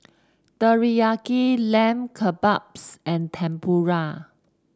Teriyaki Lamb Kebabs and Tempura